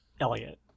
Elliot